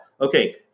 okay